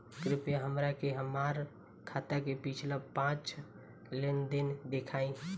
कृपया हमरा के हमार खाता के पिछला पांच लेनदेन देखाईं